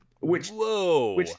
Whoa